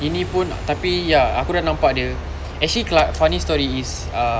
ini pun tapi ya aku dah nampak dia actually funny story is uh